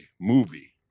movie